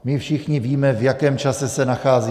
My všichni víme, v jakém čase se nacházíme.